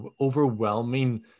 overwhelming